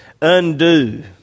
undo